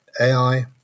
AI